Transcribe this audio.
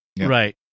Right